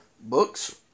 books